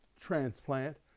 transplant